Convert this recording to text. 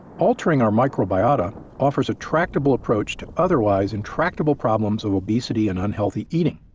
altering our microbiota offers a tractable approach to otherwise intractable problems of obesity and unhealthy eating.